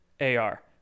AR